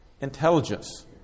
intelligence